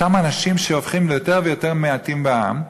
אותם אנשים שהופכים יותר ויותר מעטים בעם,